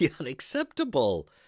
unacceptable